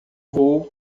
vou